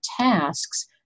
tasks